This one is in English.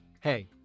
Hey